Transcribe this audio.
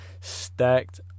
Stacked